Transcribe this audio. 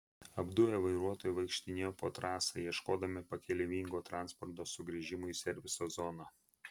apduję vairuotojai vaikštinėjo po trasą ieškodami pakeleivingo transporto sugrįžimui į serviso zoną